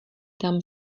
tam